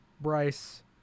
Bryce